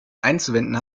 einzuwenden